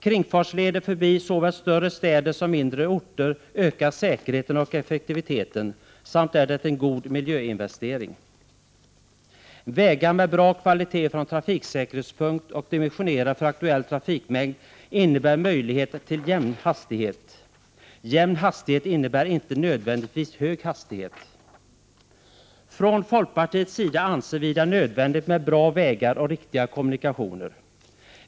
Kringfartsleder förbi såväl större städer som mindre orter ökar säkerheten, effektiviteten samt är en god miljöinvestering. Vägar med bra kvalitet från trafiksäkerhetssynpunkt och dimensionerade för aktuell trafikmängd innebär möjlighet till jämn hastighet. Jämn hastighet är inte nödvändigtvis detsamma som hög hastighet. Från folkpartiets sida anser vi det nödvändigt med bra vägar och riktiga kommunikationer.